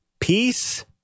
Peace